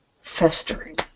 festering